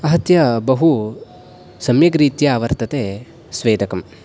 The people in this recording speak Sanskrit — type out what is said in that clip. आहत्य बहु सम्यक्रीत्या वर्तते स्वेदकम्